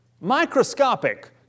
microscopic